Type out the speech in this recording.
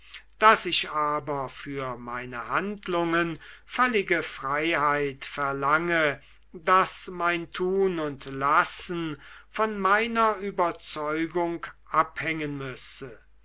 daß ich aber für meine handlungen völlige freiheit verlange daß mein tun und lassen von meiner überzeugung abhängen müsse